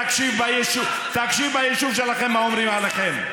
תקשיב ביישוב שלכם מה אומרים עליכם.